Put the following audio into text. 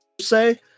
say